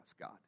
God